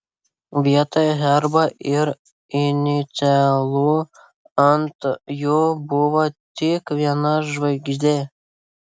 vietoj herbo ir inicialų ant jų buvo tik viena žvaigždė